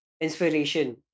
inspiration